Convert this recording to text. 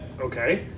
Okay